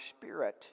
spirit